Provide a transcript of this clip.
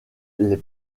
les